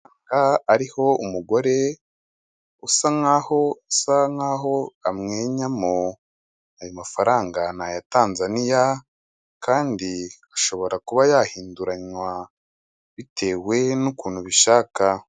Amafaranga ariho umugore usa nkaho amweyamo. Ayo mafaranga ni aya TANZANIA, kandi ashobora kuba yahinduranywa bitewe n'ukuntu ubishaka.